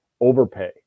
overpay